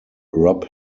rob